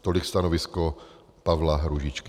Tolik stanovisko Pavla Růžičky.